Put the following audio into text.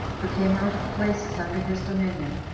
who came out of places under his dominion,